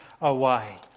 away